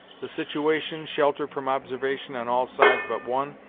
the situation, sheltered from observation on all sides but one,